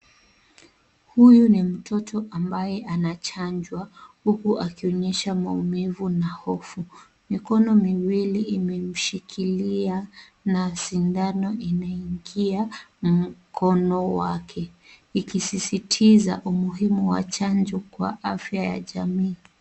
Huyu ni mtoto ambaye anachanjwa huku akionyesha maumivu na hofu. Mikono miwili imemshikilia na sindano inaingia mkono wake. Ikisisitiza umuhimu wa chanjo kwa afya ya jamii.